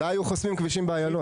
אולי היו חוסמים כבישים באיילון.